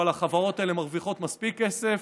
אבל החברות האלה מרוויחות מספיק כסף.